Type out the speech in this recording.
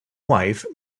wife